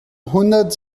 hundert